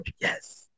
yes